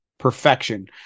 perfection